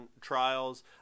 trials